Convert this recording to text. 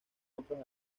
otros